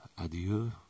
adieu